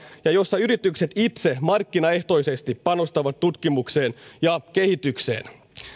ja joilla yritykset itse markkinaehtoisesti panostavat tutkimukseen ja kehitykseen